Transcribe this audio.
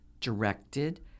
directed